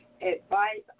advice